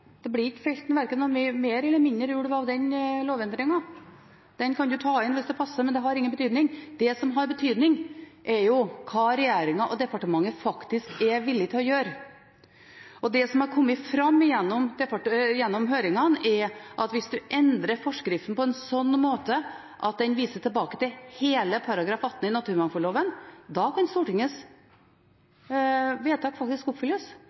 Det blir ikke felt verken mer eller mindre ulv av den lovendringen. Den kan man ta inn hvis det passer, men den har ingen betydning. Det som har betydning, er hva regjeringen og departementet faktisk er villig til å gjøre. Det som har kommet fram gjennom høringene, er at hvis man endrer forskriften på en slik måte at den viser tilbake til hele § 18 i naturmangfoldloven, kan Stortingets vedtak faktisk oppfylles.